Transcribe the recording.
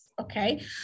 Okay